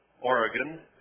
Oregon